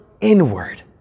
inward